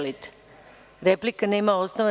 Replika nema osnova.